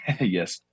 Yes